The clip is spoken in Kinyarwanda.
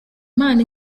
imana